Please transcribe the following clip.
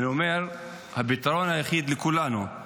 אני אומר, הפתרון היחיד לכולנו הוא